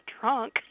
trunk